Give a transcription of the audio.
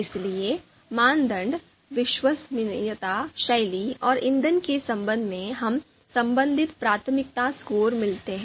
इसलिए मानदंड विश्वसनीयता शैली और ईंधन के संबंध में हमें संबंधित प्राथमिकता स्कोर मिलते हैं